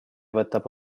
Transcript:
võtab